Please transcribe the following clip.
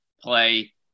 play